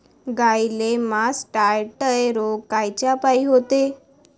गाईले मासटायटय रोग कायच्यापाई होते?